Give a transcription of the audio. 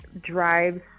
drives